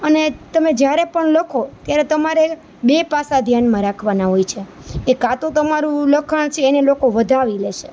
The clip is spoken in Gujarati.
અને તમે જ્યારે પણ લખો ત્યારે તમારે બે પાસા ધ્યાનમાં રાખવાના હોય છે એક કાંતો તમારું લખાણ છે એને લોકો વધાવી લેશે